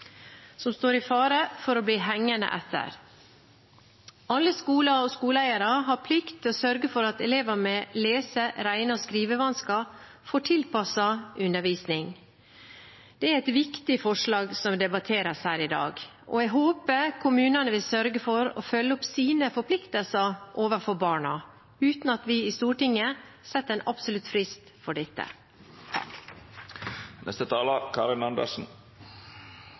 som står i fare for å bli hengende etter. Alle skoler og skoleeiere har plikt til å sørge for at elever med lese-, regne- og skrivevansker får tilpasset undervisning. Det er et viktig forslag som debatteres her i dag, og jeg håper kommunene vil sørge for å følge opp sine forpliktelser overfor barna uten at vi i Stortinget setter en absolutt frist for dette.